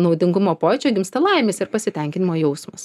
naudingumo pojūčio gimsta laimės ir pasitenkinimo jausmas